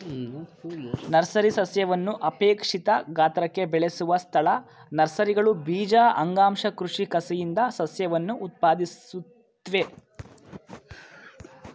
nursery ಸಸ್ಯವನ್ನು ಅಪೇಕ್ಷಿತ ಗಾತ್ರಕ್ಕೆ ಬೆಳೆಸುವ ಸ್ಥಳ ನರ್ಸರಿಗಳು ಬೀಜ ಅಂಗಾಂಶ ಕೃಷಿ ಕಸಿಯಿಂದ ಸಸ್ಯವನ್ನು ಉತ್ಪಾದಿಸುತ್ವೆ